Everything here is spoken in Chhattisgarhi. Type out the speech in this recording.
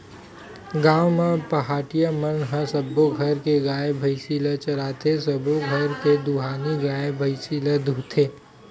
गाँव म पहाटिया मन ह सब्बो घर के गाय, भइसी ल चराथे, सबो घर के दुहानी गाय, भइसी ल दूहथे